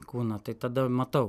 kūno tai tada matau